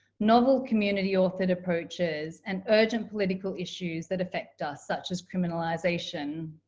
novel community-authored approaches, and urgent political issues that affect us such as criminalisation.